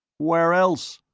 where else?